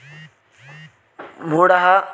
मूडः